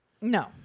No